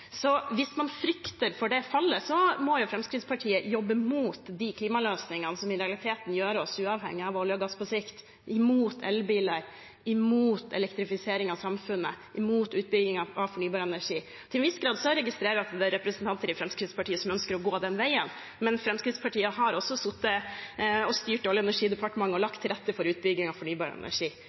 Hvis man frykter for det fallet, må Fremskrittspartiet jobbe imot de klimaløsningene som i realiteten gjør oss uavhengig av olje og gass på sikt, imot elbiler, imot elektrifisering av samfunnet, imot utbygging av fornybar energi. Jeg registrerer at det til en viss grad er representanter i Fremskrittspartiet som ønsker å gå den veien, men Fremskrittspartiet har også sittet og styrt Olje- og energidepartementet og lagt til rette for utbygging av fornybar energi.